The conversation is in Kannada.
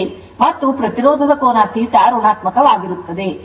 ಮತ್ತು ಪ್ರತಿರೋಧದ ಕೋನ θ ಋಣಾತ್ಮಕವಾಗಿರುತ್ತದೆ